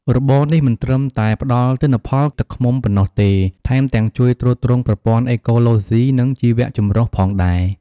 របរនេះមិនត្រឹមតែផ្ដល់ទិន្នផលទឹកឃ្មុំប៉ុណ្ណោះទេ ថែមទាំងជួយទ្រទ្រង់ប្រព័ន្ធអេកូឡូស៊ី និងជីវចម្រុះផងដែរ។